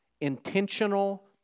intentional